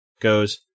goes